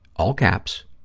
all caps,